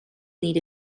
need